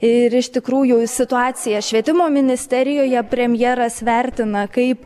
ir iš tikrųjų situaciją švietimo ministerijoje premjeras vertina kaip